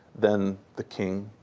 then the king,